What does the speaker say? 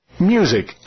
Music